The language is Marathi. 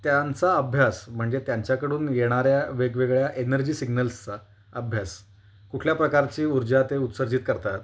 त्यांचा अभ्यास म्हणजे त्यांच्याकडून येणाऱ्या वेगवेगळ्या एनर्जी सिग्नल्सचा अभ्यास कुठल्या प्रकारची ऊर्जा ते उत्सर्जित करतात